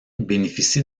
bénéficie